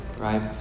Right